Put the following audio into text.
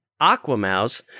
Aquamouse